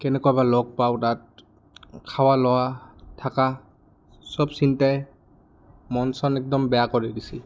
কেনেকুৱা বা লগ পাওঁ তাত খাৱা লোৱা থাকা চব চিন্তাই মন চন একদম বেয়া কৰি দিছিল